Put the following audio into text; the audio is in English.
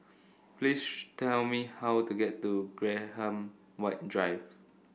please tell me how to get to Graham White Drive